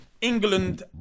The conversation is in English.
England